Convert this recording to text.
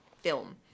film